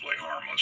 harmless